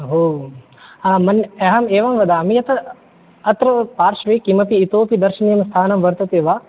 अहो मन् अहेम् एवं वदामि यत् अत्र पार्श्वे किमपि इतोऽपि दर्शनीयं स्थानं वर्तते वा